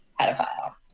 pedophile